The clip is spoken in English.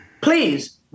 Please